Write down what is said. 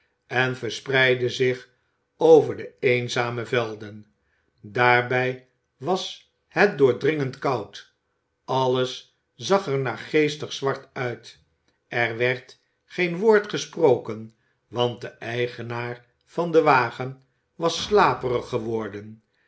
en verspreidde zich over de eenzame velden daarbij was het doordringend koud alles zag er naargeestig zwart uit er werd geen woord gesproken want de eigenaar van den wagen was slaperig geworden